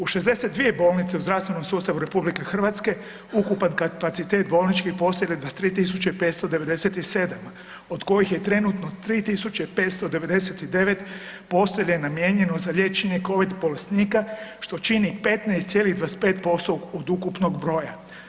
U 62 bolnice u zdravstvenom sustavu RH ukupan kapacitet bolničkih postelja je 23.597 od kojih je trenutno 3.599 postelja je namijenjeno za liječenje Covid bolesnika što čini 15,25% od ukupnog broja.